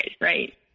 right